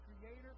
creator